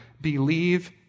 believe